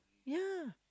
ya